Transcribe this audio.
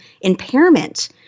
impairment